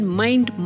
mind